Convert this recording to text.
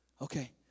Okay